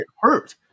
hurt